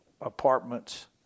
apartments